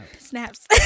Snaps